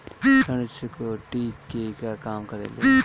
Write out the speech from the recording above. ऋण चुकौती केगा काम करेले?